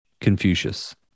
Confucius